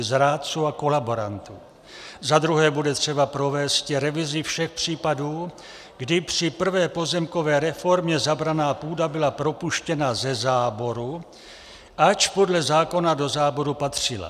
Za druhé bude třeba provésti revizi všech případů, kdy při prvé pozemkové reformě zabraná půda byla propuštěna ze záboru, ač podle zákona do záboru patřila.